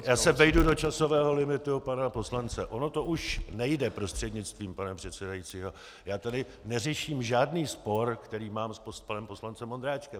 Já se vejdu do časového limitu pana poslance, ono to už nejde prostřednictvím pana předsedajícího, já tady neřeším žádný spor, který mám s panem poslancem Ondráčkem.